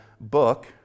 book